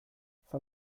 von